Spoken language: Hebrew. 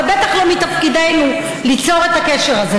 ובטח לא מתפקידנו ליצור את הקשר הזה.